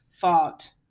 fought